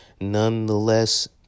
Nonetheless